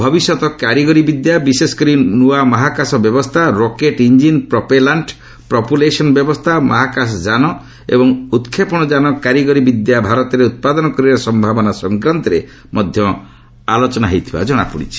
ଭବିଷ୍ୟତ୍ କାରିଗରି ବିଦ୍ୟା ବିଶେଷକରି ନୂଆ ମହାକାଶ ବ୍ୟବସ୍ଥା ରକେଟ୍ ଇଞ୍ଜିନ୍ ପ୍ରପେଲାଣ୍ଟ୍ ପ୍ରପୁଲସନ୍ ବ୍ୟବସ୍ଥା ମହାକାଶ ଯାନ ଏବଂ ଉତ୍କ୍ଷେପଣ ଯାନ କାରିଗରି ବିଦ୍ୟା ଭାରତରେ ଉତ୍ପାଦନ କରିବାର ସମ୍ଭାବନା ସଂକ୍ରାନ୍ତରେ ମଧ୍ୟ ଆଲୋଚନା ହୋଇଥିବା ଜଣାପଡ଼ିଛି